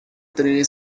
three